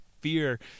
Fear